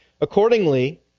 Accordingly